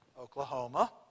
Oklahoma